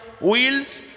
Wheels